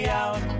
out